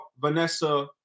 Vanessa